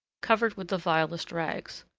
covered with the vilest rags.